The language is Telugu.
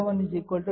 7Ω అవుతుంది